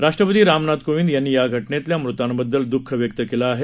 राष्ट्रपती रामनाथ कोविंद यांनी या घटनेतल्या मृतांबद्दल दख व्यक्त केलं आहे